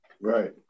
Right